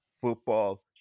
football